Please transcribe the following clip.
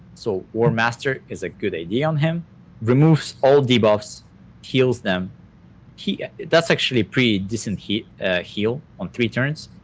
so war master is a good idea on him removes all debuffs heals them he that's actually pretty decent. he ah heal on three turns.